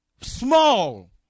small